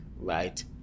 right